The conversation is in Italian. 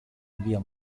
via